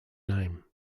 name